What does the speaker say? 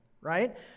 right